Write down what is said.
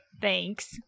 thanks